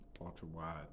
ultra-wide